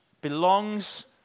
belongs